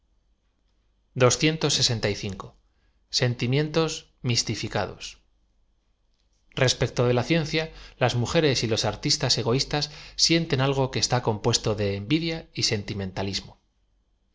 entimientos midos respecto de la ciencia laa mujeres y los artistas egoístas dienten algo que está compuesto de envidia y de sentimentalismo